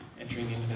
entering